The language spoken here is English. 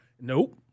Nope